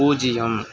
பூஜ்ஜியம்